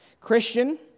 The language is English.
Christian